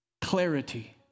clarity